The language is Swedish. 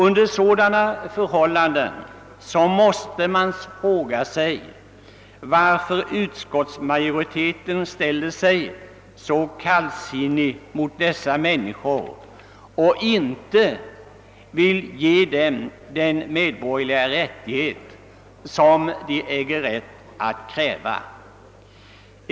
Under sådana förhållanden måste man fråga sig varför utskottsmajoriteten ställer sig så kallsinnig till dessa människor och inte vill ge dem den medborgerliga rättighet, som de äger rätt att kräva.